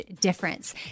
difference